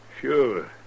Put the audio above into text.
Sure